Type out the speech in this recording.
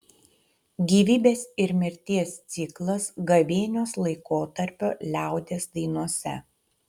gyvybės ir mirties ciklas gavėnios laikotarpio liaudies dainose